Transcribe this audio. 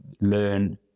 learn